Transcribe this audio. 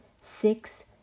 six